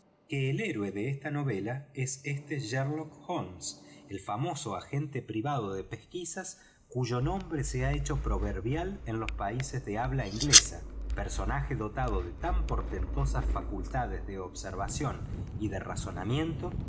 el héroe de esta novela es este sherlock holmes el famoso agente privado de pesanisas ouyo nombre se ha hecho proverbial en ios pafaeaá habla inglesa personaje dotado de tan portentosas faonltddfw de observación y de razonamiento